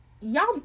y'all